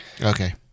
Okay